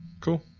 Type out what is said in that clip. cool